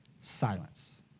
silence